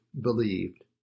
BELIEVED